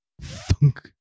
funk